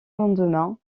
lendemain